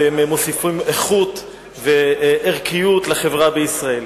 שמוסיפים איכות וערכיות לחברה בישראל.